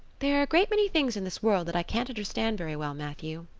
there are a great many things in this world that i can't understand very well, matthew.